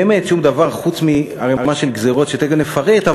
באמת שום דבר חוץ מערמה של גזירות, ותכף נפרט.